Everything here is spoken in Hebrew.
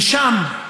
ושם,